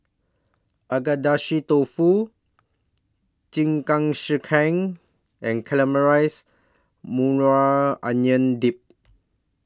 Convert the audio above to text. Agedashi Dofu Jingisukan and Caramelized Maui Onion Dip